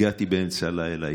הגעתי באמצע הלילה,